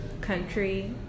country